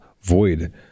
void